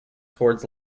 towards